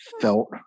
felt